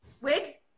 Wig